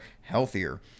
healthier